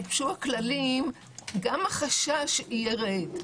הכללים גם החשש יירד.